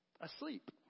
asleep